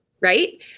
right